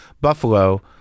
Buffalo